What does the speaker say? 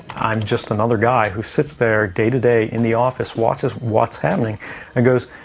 i'm just another guy who sits there day-to-day in the office, watches what's happening and goes,